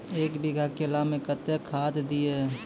एक बीघा केला मैं कत्तेक खाद दिये?